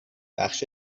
بخش